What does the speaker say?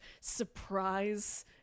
surprise